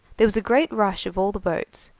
there was a great rush of all the boats,